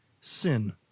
sin